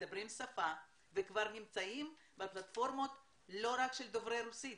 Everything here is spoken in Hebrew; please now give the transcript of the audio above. מדברים את השפה וכבר נמצאים בפלטפורמות לא רק של דוברי רוסית.